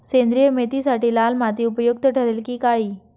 सेंद्रिय मेथीसाठी लाल माती उपयुक्त ठरेल कि काळी?